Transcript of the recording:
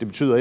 Det betyder, at